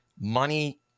money